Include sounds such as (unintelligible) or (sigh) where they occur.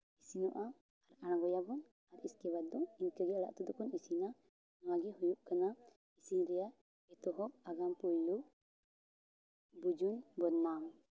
ᱤᱥᱤᱱᱚᱜᱼᱟ ᱟᱬᱜᱚᱭᱟᱵᱚᱱ ᱤᱥᱠᱮ ᱵᱟᱫ ᱫᱚ ᱤᱱᱠᱟᱹ ᱜᱮ ᱟᱲᱟᱜ ᱩᱛᱩ ᱫᱚᱠᱚ ᱤᱥᱤᱱᱟ ᱱᱚᱣᱟᱜᱮ ᱦᱩᱭᱩᱜ ᱠᱟᱱᱟ ᱤᱥᱤᱱ ᱨᱮᱭᱟᱜ ᱮᱛᱚᱦᱚᱵ ᱟᱜᱟᱢ ᱯᱷᱳᱭᱞᱳ ᱵᱩᱡᱩᱱ (unintelligible)